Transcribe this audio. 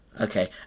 Okay